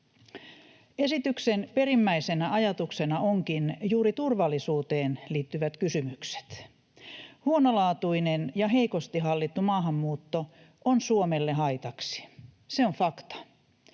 Esityksen perimmäisenä ajatuksena onkin juuri turvallisuuteen liittyvät kysymykset. Huonolaatuinen ja heikosti hallittu maahanmuutto on Suomelle haitaksi. Se on fakta.